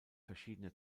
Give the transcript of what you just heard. verschiedene